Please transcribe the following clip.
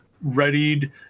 readied